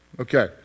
Okay